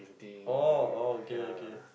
oh oh okay okay